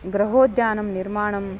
गृहोद्यानं निर्माणं